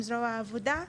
עם זרוע העבודה.